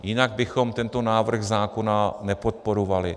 Jinak bychom tento návrh zákona nepodporovali.